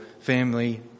family